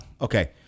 Okay